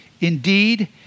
Indeed